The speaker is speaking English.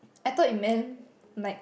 I thought it man make